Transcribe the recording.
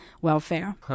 welfare